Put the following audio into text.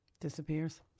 Disappears